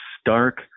stark